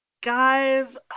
guys